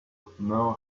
know